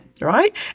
right